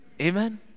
Amen